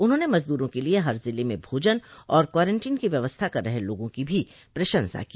उन्होंने मजदूरों के लिए हर जिले में भोजन और क्वारंटीन की व्यवस्था कर रहे लोगों की भी प्रशंसा की